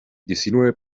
diecinueve